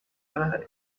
arahari